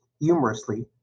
humorously